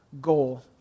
goal